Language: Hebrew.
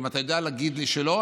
אם אתה יודע להגיד לי שלא,